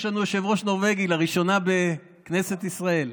יש לנו יושב-ראש נורבגי לראשונה בכנסת ישראל.